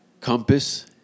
compass